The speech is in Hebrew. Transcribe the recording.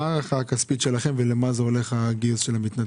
מה ההערכה הכספית שלכם ולמה זה הולך הגיוס שלהם?